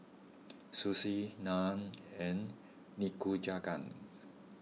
Sushi Naan and Nikujaga